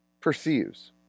perceives